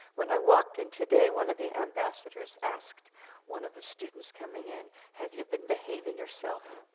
when i walked in today, one of the ambassadors asked one of the students coming in, have you been behaving yourself?